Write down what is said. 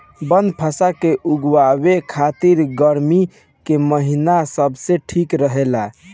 बनफशा के उगावे खातिर गर्मी के महिना सबसे ठीक रहेला